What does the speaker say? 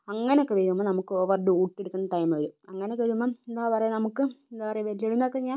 അങ്ങനെയൊക്കെ വെരുമ്പം നമുക്ക് ഓവർ ഡ്യൂട്ടി എടുക്കുന്ന ടൈമ് വരും അങ്ങനെയൊക്കെ വരുമ്പം എന്താ പറയുക നമുക്ക് എന്താ പറയുക വെല്ലുവിളി